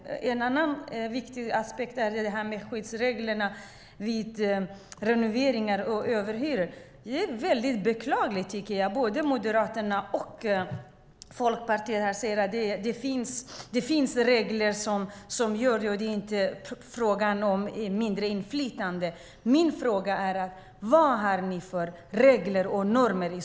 En annan viktig aspekt är skyddsreglerna vid renoveringar och överhyror. Det är beklagligt att både Moderaterna och Folkpartiet här säger att det finns regler och att det inte är fråga om mindre inflytande. Min fråga är: Vad har ni i så fall för regler och normer?